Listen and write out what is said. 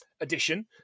edition